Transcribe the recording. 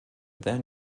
then